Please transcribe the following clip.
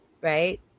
right